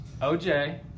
OJ